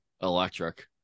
electric